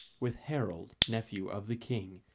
with harold, nephew of the king,